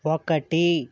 ఒకటి